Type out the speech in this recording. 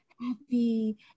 happy